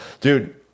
dude